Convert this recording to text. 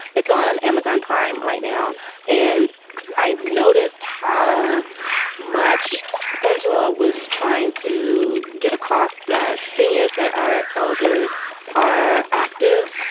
it's on amazon prime right now and i've noticed how much angela was trying to get across that seniors, that our elders are active.